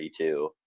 32